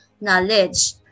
knowledge